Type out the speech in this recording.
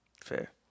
Fair